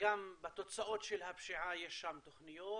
גם בתוצאות של הפשיעה יש תוכניות,